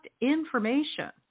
information